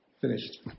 finished